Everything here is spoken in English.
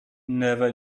never